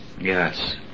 Yes